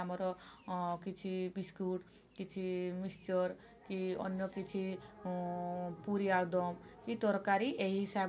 କିଛି ବିସ୍କୁଟ୍ କିଛି ମିକ୍ସଚର୍ କି ଅନ୍ୟ କିଛି ପୁରୀ ଆଲୁଦମ୍ କି ତରକାରୀ ଏହି ହିସାବରେ